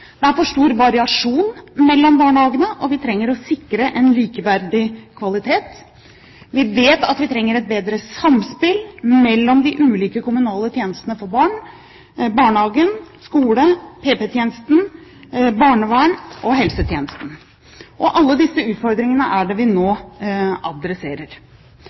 Det er for stor variasjon mellom barnehagene, og vi trenger å sikre en likeverdig kvalitet. Vi vet at vi trenger et bedre samspill mellom de ulike kommunale tjenestene for barn – barnehagen, skolen, PP-tjenesten, barnevernet og helsetjenesten. Alle disse utfordringene er det vi nå adresserer.